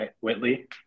Whitley